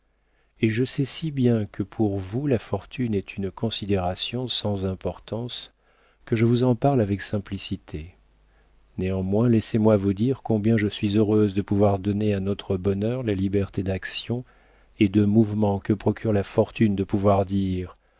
et je sais si bien que pour vous la fortune est une considération sans importance que je vous en parle avec simplicité néanmoins laissez-moi vous dire combien je suis heureuse de pouvoir donner à notre bonheur la liberté d'action et de mouvements que procure la fortune de pouvoir dire